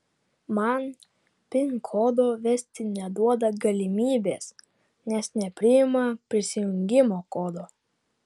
man pin kodo vesti neduoda galimybės nes nepriima prisijungimo kodo